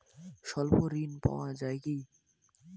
স্বল্প ঋণ পাওয়া য়ায় কি?